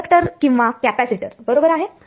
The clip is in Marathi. इंडक्टर किंवा कॅपॅसिटर बरोबर आहे